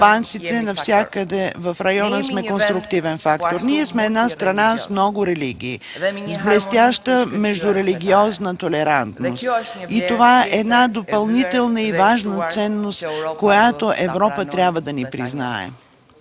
албанците, навсякъде в района сме конструктивен фактор. Ние сме една страна с много религии, с блестяща междурелигиозна толерантност. Това е една допълнителна и важна ценност, която Европа трябва да ни признае.